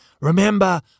remember